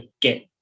get